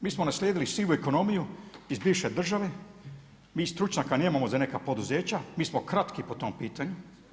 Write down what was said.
Mi smo naslijedili sivu ekonomiju iz bivše države, mi stručnjaka nemamo za neka poduzeća, mi smo kratki po tom pitanju.